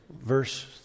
verse